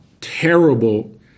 terrible